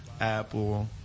Apple